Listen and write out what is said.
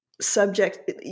subject